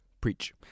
Preach